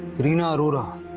reena arora.